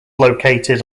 located